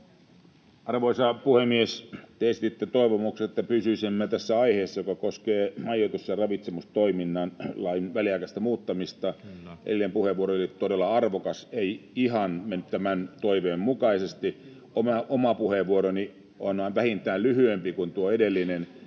Arvoisa puhemies! Te esititte toivomuksen, että pysyisimme tässä aiheessa, joka koskee majoitus- ja ravitsemustoimintalain väliaikaista muuttamista. [Puhemies: Kyllä.] Edellinen puheenvuoro oli todella arvokas — ei ihan mennyt tämän toiveen mukaisesti. Oma puheenvuoroni on vähintään lyhyempi kuin tuo edellinen